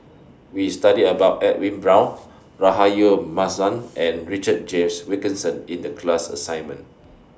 We studied about Edwin Brown Rahayu Mahzam and Richard James Wilkinson in The class assignment